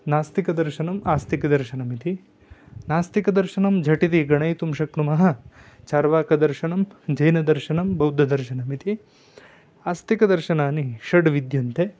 नास्तिकदर्शनम् आस्तिकदर्शनमिति नास्तिकदर्शनं झटिति गणयितुं शक्नुमः चार्वाकदर्शनं जैनदर्शनं बौद्धदर्शनमिति आस्तिकदर्शनानि षड्विद्यन्ते